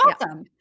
awesome